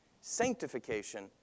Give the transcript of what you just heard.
sanctification